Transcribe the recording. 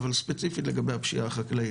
אבל ספציפית לגבי הפשיעה החקלאית,